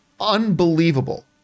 unbelievable